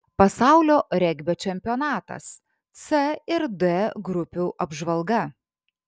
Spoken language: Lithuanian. pasaulio regbio čempionatas c ir d grupių apžvalga